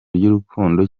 ry’urukundo